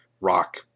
rock